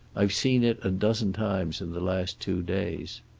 i've seen it a dozen times in the last two days.